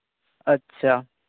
ᱟᱪᱪᱷᱟ